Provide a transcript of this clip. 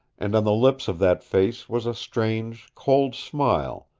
and on the lips of that face was a strange, cold smile,